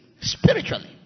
spiritually